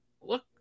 look